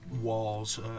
walls